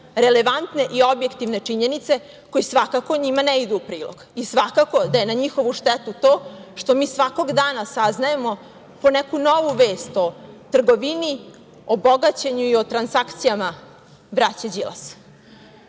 relevantne i objektivne činjenice, a koje svakako njima ne idu u prilog i svakako da je na njihovu štetu to što mi svakog dana saznajemo po neku novu vest o trgovini, o bogaćenju i o transakcijama braće Đilas. Ono